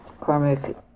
karmic